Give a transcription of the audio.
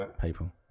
people